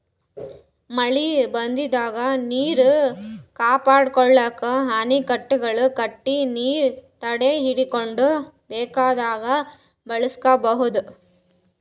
ಮಳಿ ಬಂದಿದ್ದ್ ನೀರ್ ಕಾಪಾಡ್ಕೊಳಕ್ಕ್ ಅಣೆಕಟ್ಟೆಗಳ್ ಕಟ್ಟಿ ನೀರ್ ತಡೆಹಿಡ್ಕೊಂಡ್ ಬೇಕಾದಾಗ್ ಬಳಸ್ಕೋಬಹುದ್